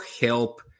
help